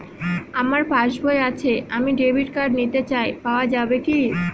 আমার পাসবই আছে আমি ডেবিট কার্ড নিতে চাই পাওয়া যাবে কি?